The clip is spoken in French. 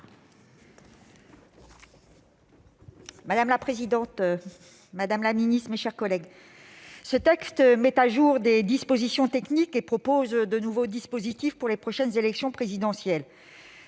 Madame la présidente, madame la ministre, mes chers collègues, ce texte met à jour des dispositions techniques et prévoit de nouveaux dispositifs pour les prochaines élections présidentielles.